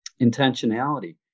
intentionality